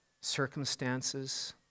circumstances